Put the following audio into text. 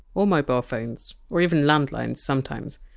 or mobile phones, or even landlines sometimes.